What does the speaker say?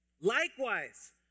Likewise